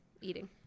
eating